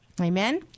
Amen